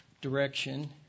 direction